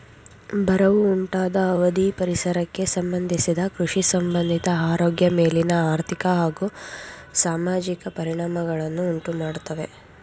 ಬರವು ಉಂಟಾದ ಅವಧಿ ಪರಿಸರಕ್ಕೆ ಸಂಬಂಧಿಸಿದ ಕೃಷಿಸಂಬಂಧಿತ ಆರೋಗ್ಯ ಮೇಲಿನ ಆರ್ಥಿಕ ಹಾಗೂ ಸಾಮಾಜಿಕ ಪರಿಣಾಮಗಳನ್ನು ಉಂಟುಮಾಡ್ತವೆ